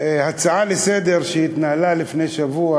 הצעה לסדר-היום שהתנהלה לפני שבוע